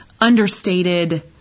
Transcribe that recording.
understated